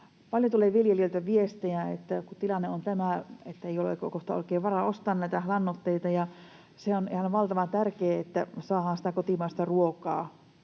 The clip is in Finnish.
Paljon tulee viljelijöiltä viestejä, että tilanne on tämä, ettei ole kohta oikein varaa ostaa näitä lannoitteita. Se on ihan valtavan tärkeää, että saadaan kotimaista ruokaa,